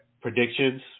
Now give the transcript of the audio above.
predictions